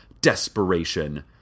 desperation